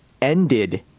ended